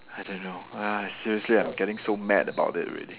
I don't know seriously I'm getting so mad about it already